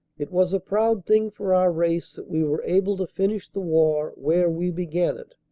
it was a proud thing for our race that we were able to finish the war where we began it,